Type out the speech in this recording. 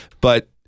but-